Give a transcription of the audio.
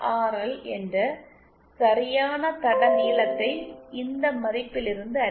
L என்ற சரியான தட நீளத்தை இந்த மதிப்பிலிருந்து அறியலாம்